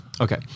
okay